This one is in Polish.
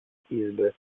izby